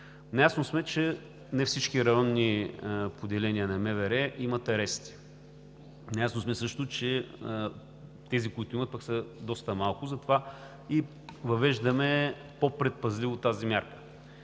Наясно сме, че не всички районни поделения на МВР имат арести. Наясно сме също, че тези, които имат, са доста малко, затова и въвеждаме по-предпазливо тази мярка.